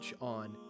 on